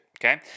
Okay